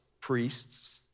priests